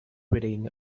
reading